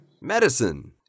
Medicine